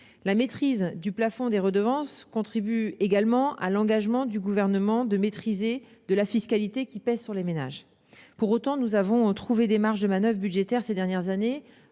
La maîtrise du plafond des redevances contribue également à la réalisation de l'engagement pris par le Gouvernement de maîtriser la fiscalité qui pèse sur les ménages. Pour autant, nous avons trouvé des marges de manoeuvre budgétaires ces dernières années